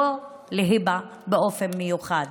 לא להיבה באופן מיוחד.